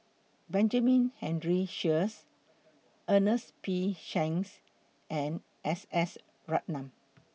Benjamin Henry Sheares Ernest P Shanks and S S Ratnam